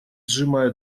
сжимая